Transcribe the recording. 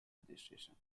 registration